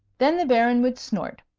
then the baron would snort,